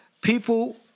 people